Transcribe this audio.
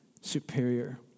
superior